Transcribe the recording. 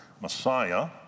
Messiah